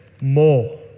more